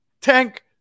Tank